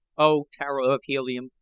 oh, tara of helium,